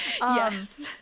Yes